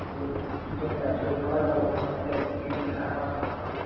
یہِ کِچَن تہِ حظ چھِ حظ الگ الگ روٗمَس اَٹیچ کِنہٕ کِچَن چھِ ایٚپارٹمیٚنٹَس اَکُے